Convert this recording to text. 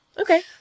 Okay